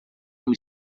uma